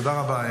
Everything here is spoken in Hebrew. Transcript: תודה רבה.